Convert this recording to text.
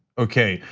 okay,